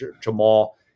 Jamal